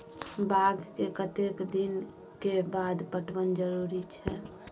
बाग के कतेक दिन के बाद पटवन जरूरी छै?